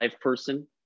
person